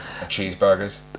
cheeseburgers